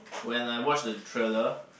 when I watch the trailer